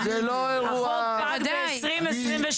החוק פג ב-2022.